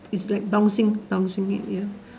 is like bouncing bouncing it ya